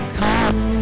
come